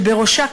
שבראשה,